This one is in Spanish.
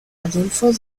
adolfo